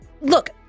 look